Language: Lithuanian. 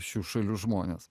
šių šalių žmones